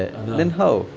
அதான்:athaan